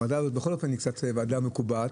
הוועדה הזאת בכל אופן היא ועדה מקובעת,